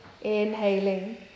inhaling